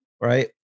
right